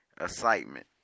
excitement